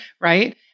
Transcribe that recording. right